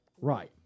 Right